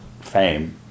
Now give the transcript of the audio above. fame